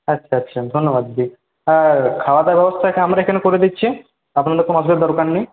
আচ্ছা আচ্ছা ধন্যবাদ দিদি আর খাওয়া দাওয়ার ব্যবস্থা এখানে আমাদের এখানে করে দিচ্ছি আপনাদের কোনো অসুবিধার দরকার নেই